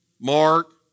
Mark